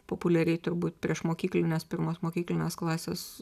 populiariai turbūt priešmokyklinės pirmos mokyklinės klasės